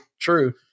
true